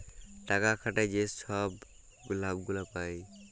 টাকা খাটায় যে ছব লাভ গুলা পায়